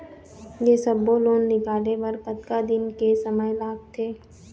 ये सब्बो लोन निकाले बर कतका दिन के समय लगथे?